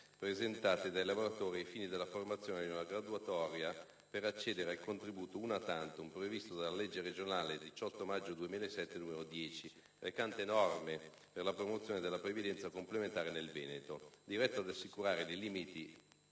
presentate dai lavoratori ai fini della formazione di una graduatoria per accedere al contributo *una tantum*, previsto dalla legge regionale 18 maggio 2007, n. 10, recante «Norme per la promozione della previdenza complementare nel Veneto», diretto ad assicurare, per limitati